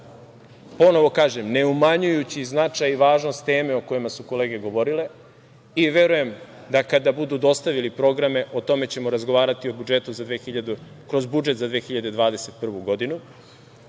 ponovo kažem, ne umanjujući značaj i važnost teme o kojima su kolege govorile i verujem da, kada budu dostavili programe, o tome ćemo razgovarati kroz budžet za 2021. godinu,